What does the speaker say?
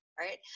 right